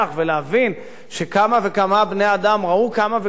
בני-אדם ראו כמה וכמה דברים ושמעו כמה וכמה דברים,